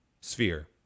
sphere